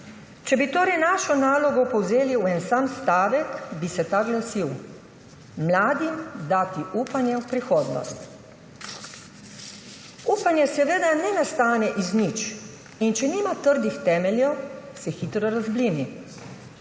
če bi našo nalogo povzeli v en sam stavek, bi se ta glasil: »Mladim dati upanje v prihodnost.« Upanje seveda ne nastane iz nič, in če nima trdnih temeljev, se hitro razblini.